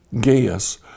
Gaius